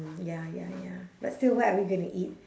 ya ya ya but still what are we gonna eat